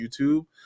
YouTube